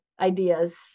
ideas